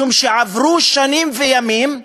משום שעברו ימים ושנים,